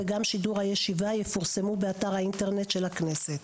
וגם שידור הישיבה יפורסמו באתר האינטרנט של הכנסת.